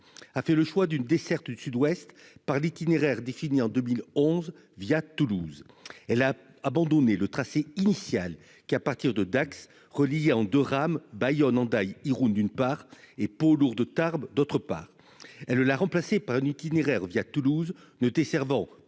a fait le choix d'une desserte de Sud-Ouest par l'itinéraire défini en 2011 via Toulouse, elle a abandonné le tracé initial qui, à partir de Dax reliés en 2 rames, Bayonne, Hendaye, Irun, d'une part et Pau, Lourdes, Tarbes, d'autre part, elle la remplacer par un itinéraire via Toulouse ne t'es Servent